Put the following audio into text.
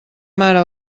mare